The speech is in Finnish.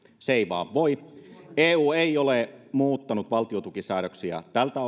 se ei vaan voi eu ei ole muuttanut valtiotukisäädöksiä tältä